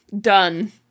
done